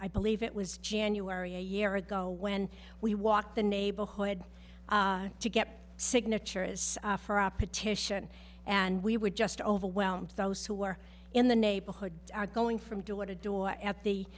i believe it was january a year ago when we walked the neighborhood to get a signature is for a petition and we were just overwhelmed those who were in the neighborhood are going from door to door at the